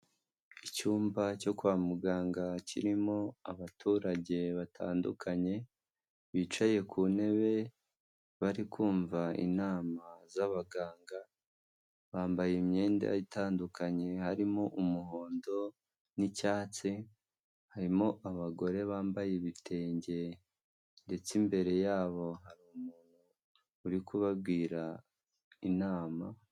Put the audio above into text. Icyumba cyo kwa muganga kirimo abaturage batandukanye bicaye ku ntebe bari kumva inama z'abaganga, bambaye imyenda itandukanye harimo umuhondo n'icyatsi, harimo abagore bambaye ibitenge ndetse imbere yabo uri kubabwira inama.